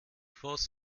voß